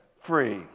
free